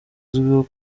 azwiho